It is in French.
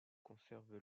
conserve